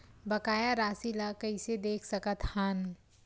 बकाया राशि ला कइसे देख सकत हान?